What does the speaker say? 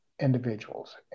individuals